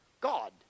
God